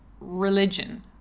religion